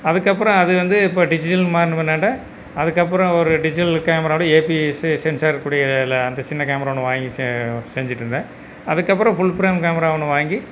அதுக்கப்பறம் அது வந்து இப்போ டிஜிட்டல் மாறின பின்னாண்ட அதுக்கப்பறம் ஒரு டிஜிட்டல் கேமராவோட ஏபி சென்சார் இருக்கூடியதில் அந்த சின்ன கேமரா ஒன்று வாங்கி செஞ்சுட்ருந்தேன் அதுக்கப்பறம் ஃபுல் ஃப்ரேம் கேமரா ஒன்று வாங்கி